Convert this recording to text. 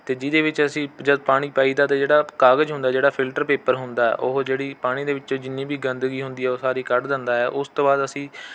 ਅਤੇ ਜਿਹਦੇ ਵਿੱਚ ਅਸੀਂ ਜਦ ਪਾਣੀ ਪਾਈਦਾ ਅਤੇ ਜਿਹੜਾ ਕਾਗਜ਼ ਹੁੰਦਾ ਜਿਹੜਾ ਫਿਲਟਰ ਪੇਪਰ ਹੁੰਦਾ ਉਹ ਜਿਹੜੀ ਪਾਣੀ ਦੇ ਵਿੱਚੋਂ ਜਿੰਨੀ ਵੀ ਗੰਦਗੀ ਹੁੰਦੀ ਹੈ ਉਹ ਸਾਰੀ ਕੱਢ ਦਿੰਦਾ ਹੈ ਉਸ ਤੋਂ ਬਾਅਦ ਅਸੀਂ